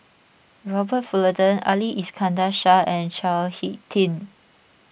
Robert Fullerton Ali Iskandar Shah and Chao Hick Tin